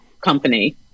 company